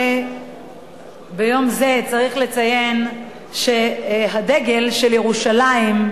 ביום זה צריך לציין שהדגל של ירושלים,